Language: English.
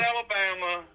Alabama